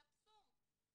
זה אבסורד.